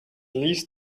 least